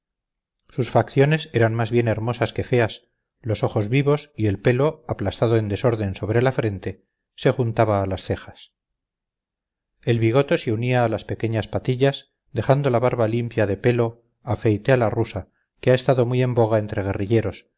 sus facciones eran más bien hermosas que feas los ojos vivos y el pelo aplastado en desorden sobre la frente se juntaba a las cejas el bigote se unía a las pequeñas patillas dejando la barba limpia de pelo afeite a la rusa que ha estado muy en boga entre guerrilleros